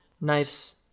nice